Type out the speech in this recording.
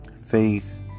faith